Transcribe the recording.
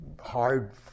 hard